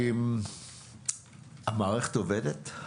המערכת עובדת?